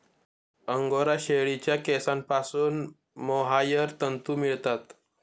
angora शेळीच्या केसांपासून mohair तंतू मिळतात